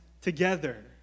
together